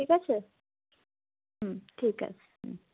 ঠিক আছে হুম ঠিক আছে হুম